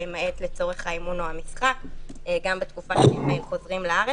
למעט לצורך אימון או משחק גם בתקופה שהם חוזרים לארץ.